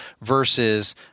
versus